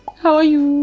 how are you?